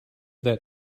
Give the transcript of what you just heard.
that